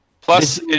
Plus